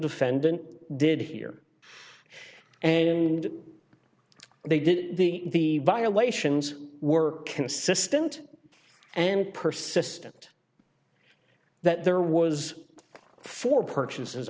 defendant did here and they did the violations were consistent and persistent that there was for purchase